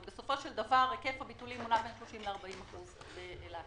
אבל בסופו של דבר היקף הביטולים נע בין 30% ל-40% באילת,